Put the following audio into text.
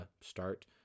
start